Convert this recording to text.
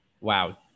wow